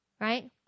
right